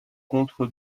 contre